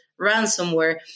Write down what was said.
ransomware